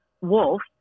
wolf